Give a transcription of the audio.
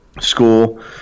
school